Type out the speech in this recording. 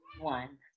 one